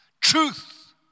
Truth